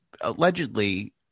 Allegedly